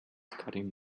cutting